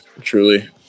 truly